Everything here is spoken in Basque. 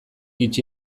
itxi